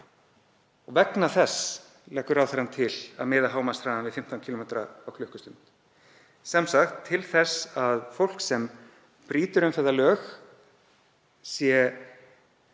Vegna þess leggur ráðherrann til að miða hámarkshraðann við 15 km á klukkustund. Sem sagt: Til þess að fólk sem brýtur umferðarlög sé